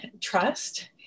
trust